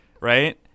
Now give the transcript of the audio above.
Right